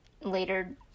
later